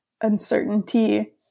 Uncertainty